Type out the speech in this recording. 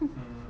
mm